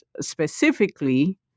specifically